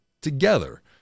together